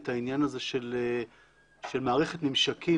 את העניין הזה של מערכת ממשקים,